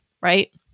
right